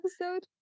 episode